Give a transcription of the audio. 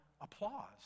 applause